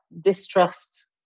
distrust